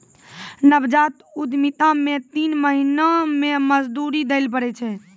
नवजात उद्यमिता मे तीन महीना मे मजदूरी दैल पड़ै छै